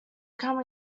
come